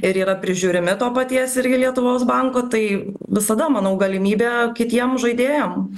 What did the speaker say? ir yra prižiūrimi to paties irgi lietuvos banko tai visada manau galimybė kitiem žaidėjam